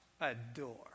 adore